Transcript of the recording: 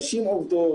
נשים שעובדות,